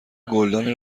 گلدانی